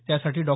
त्यासाठी डॉ